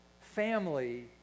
family